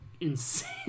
insane